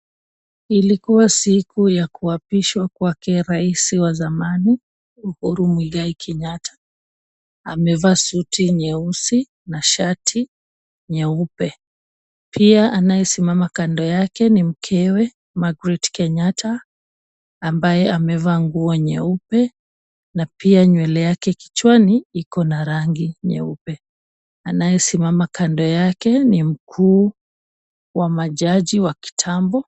Ilikuwa siku ya kuapishwa kwake raisi wa zamani Uhuru Muigai Kenyatta. Amevaa suti nyeusi na shati nyeupe, pia anayesimamia kando yake ni mkewe, Margaret Kenyatta, ambaye amevaa nguo nyeupe na pia nywele yake kichwani iko na rangi nyeupe. Anayesimama kando yake ni mkuu wa majaji wa kitambo.